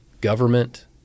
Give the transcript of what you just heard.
government